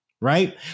Right